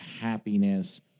happiness